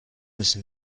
müssen